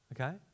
okay